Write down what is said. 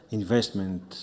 investment